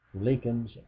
lincoln's